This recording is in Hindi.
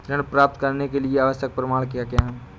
ऋण प्राप्त करने के लिए आवश्यक प्रमाण क्या क्या हैं?